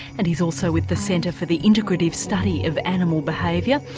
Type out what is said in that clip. and he's also with the centre for the integrative study of animal behaviour.